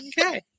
Okay